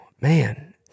man